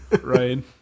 right